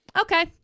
Okay